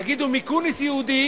תגידו, מיקוניס יהודי